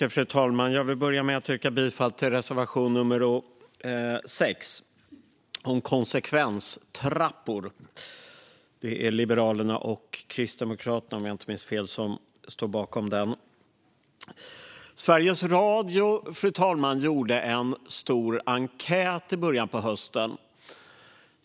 Fru talman! Jag vill börja med att yrka bifall till reservation nummer 6 om konsekvenstrappor. Det är Liberalerna och Kristdemokraterna, om jag inte minns fel, som står bakom den. Fru talman! Sveriges Radio P4 gjorde en stor enkät i början på hösten.